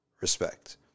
respect